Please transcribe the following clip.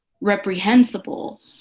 reprehensible